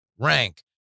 rank